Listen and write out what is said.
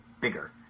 bigger